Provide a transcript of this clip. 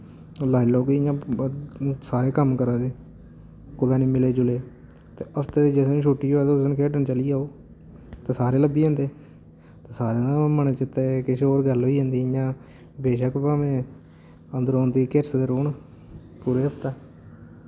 ओह् लाई लाओ कि इ'यां ब सारे कम्म करा दे कुतै निं मिले जुले ते हफ्ते दे जिस दिन छुट्टी होऐ ते उस दिन खेडन चली जाओ ते सारे लब्भी जन्दे ते सारें दा मन चित ऐ किश होर गल्ल होई जंदी जि'यां इ'यां बेशक भावें अंदरो अंदरी किरसदे रोह्न पूरे हफ्तै